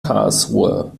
karlsruhe